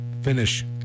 finish